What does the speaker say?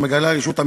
שמגלה רגישות אמיתית,